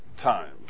times